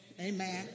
Amen